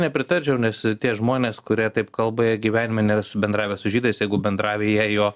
nepritarčiau nes tie žmonės kurie taip kalba jie gyvenime nesu bendravęs su žydais jeigu bendravę jie jo